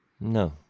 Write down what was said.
No